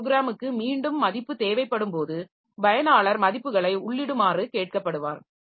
மற்ற ப்ரோக்கிராமுக்கு மீண்டும் மதிப்பு தேவைப்படும்போது பயனாளர் மதிப்புகளை உள்ளிடுமாறு கேட்கப்படுவார்